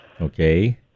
Okay